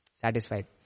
satisfied